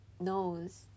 knows